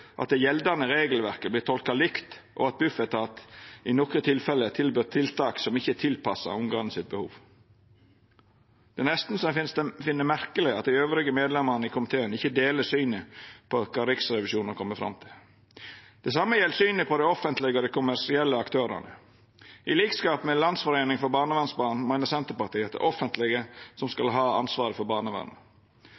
at det gjeldande regelverket vert tolka likt, og at Bufetat i nokre tilfelle har tilbode tiltak som ikkje er tilpassa ungane sitt behov. Det er nesten så eg finn det merkeleg at dei andre medlemene i komiteen ikkje deler synet på kva Riksrevisjonen har kome fram til. Det same gjeld synet på dei offentlege og dei kommersielle aktørane. Til liks med Landsforeningen for barnevernsbarn meiner Senterpartiet at det er det offentlege som skal